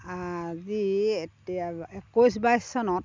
আজি এতিয়া একৈছ বাইছ চনত